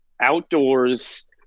outdoors